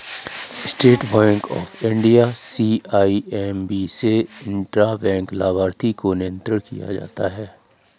state Bank of India CIMB से intra bank लाभार्थी को नियंत्रण किया जाता है